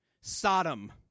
Sodom